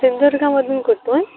सिंधुदुर्गामधून कुठून